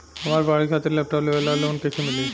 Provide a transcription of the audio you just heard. हमार पढ़ाई खातिर लैपटाप लेवे ला लोन कैसे मिली?